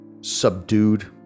subdued